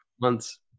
months